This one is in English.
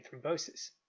thrombosis